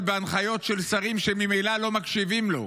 בהנחיות של שרים שממילא לא מקשיבים לו,